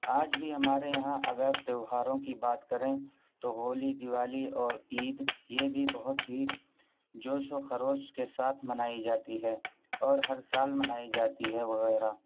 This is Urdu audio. آج بھی ہمارے یہاں اگر تیوہاروں کی بات کریں تو ہولی دیوالی اور عید یہ بھی بہت ہی جوش و خروش کے ساتھ منائی جاتی ہے اور ہر سال منائی جاتی ہے وغیرہ